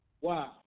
Wow